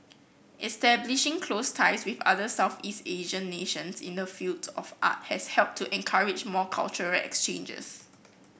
establishing close ties with other Southeast Asian nations in the field of art has helped to encourage more cultural exchanges